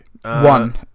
One